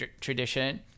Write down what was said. tradition